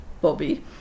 Bobby